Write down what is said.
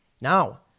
Now